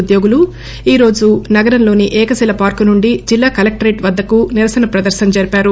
ఉద్యోగులు ఈ రోజు నగరంలోని ఏకశిల పార్కు నుండి జిల్లా కలెక్టరేట్ వద్దకు నిరసన ప్రదర్శన జరిపారు